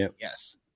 yes